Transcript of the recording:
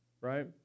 right